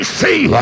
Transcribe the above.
see